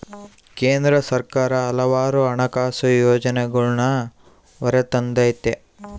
ಕೇಂದ್ರ ಸರ್ಕಾರ ಹಲವಾರು ಹಣಕಾಸು ಯೋಜನೆಗಳನ್ನೂ ಹೊರತಂದತೆ